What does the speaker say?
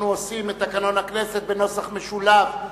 אנחנו עושים את תקנון הכנסת בנוסח משולב,